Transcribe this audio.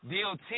DOT